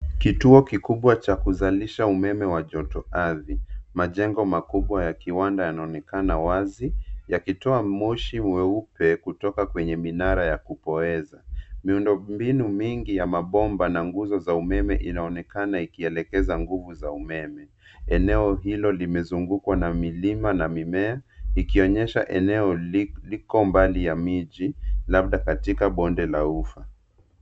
Kituo kikubwa cha kuzalisha umeme wa jotoardhi. Majengo makubwa ya kiwanda yanaonekana wazi yakitoa moshi mweupe kutoka kwenye minara ya kupoeza. Miundombinu mingi ya mabomba na nguzo za umeme inaonekana ikielekeza nguvu za umeme. Eneo hilo limezungukwa na milima na mimea ikionyesha eneo liko mbali na miji labda katika bonde la ufa.